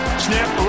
snap